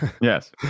yes